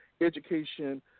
education